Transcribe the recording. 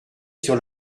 sur